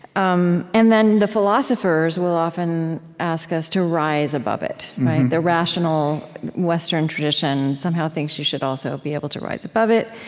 um and then, the philosophers will often ask us to rise above it the rational western tradition somehow thinks you should also be able to rise above it.